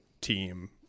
team